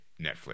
Netflix